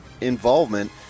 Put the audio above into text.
involvement